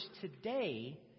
today